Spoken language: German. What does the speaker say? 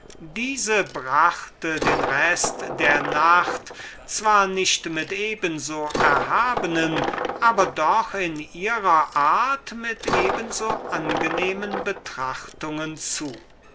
so brachte sie den rest der nacht wo nicht mit eben so erhabenen doch in ihrer art mit eben so angenehmen betrachtungen zu